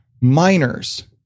minors